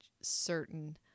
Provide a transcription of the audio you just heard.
certain